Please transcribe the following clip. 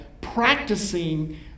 practicing